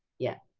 yeah.